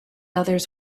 others